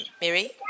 Mary